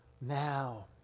now